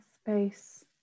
space